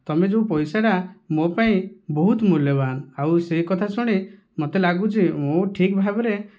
ତମେ ଯେଉଁ ପଇସାଟା ମୋ ପାଇଁ ବହୁତ ମୂଲ୍ୟବାନ ଆଉ ସେଇକଥା ଶୁଣି ମତେ ଲାଗୁଛି ମୁଁ ଠିକ୍ ଭାବରେ